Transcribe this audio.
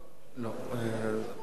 זה